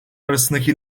arasındaki